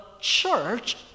church